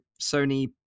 sony